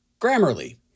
grammarly